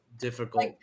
difficult